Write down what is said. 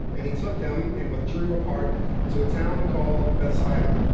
and he took them and withdrew apart to a town called bethsiada.